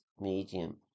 medium